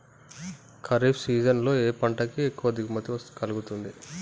Kharif season లో ఏ పంట కి ఎక్కువ దిగుమతి కలుగుతుంది?